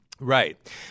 Right